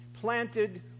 planted